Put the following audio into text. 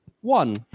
one